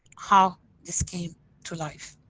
how this came to life.